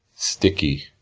sticky,